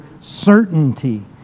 certainty